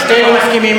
אז שלושתנו מסכימים,